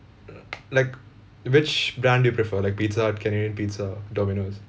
uh like which brand do you prefer like pizza canadian pizza Domino's